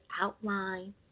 outline